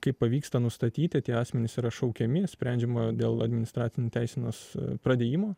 kaip pavyksta nustatyti tie asmenys yra šaukiami sprendžiama dėl administracinės teisenos pradėjimo